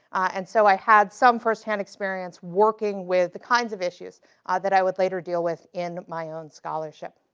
and so i had some first-hand experience working with the kinds of issues that i would later deal with in my own scholarship.